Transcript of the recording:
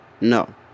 No